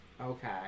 Okay